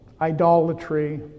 Idolatry